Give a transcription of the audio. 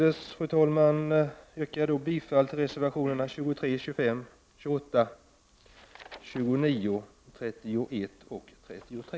Med det anförda vill jag yrka bifall till reservationerna 23, 25, 28, 29, 31 och 33.